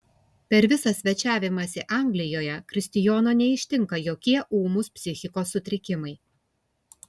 per visą svečiavimąsi anglijoje kristijono neištinka jokie ūmūs psichikos sutrikimai